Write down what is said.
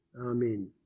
Amen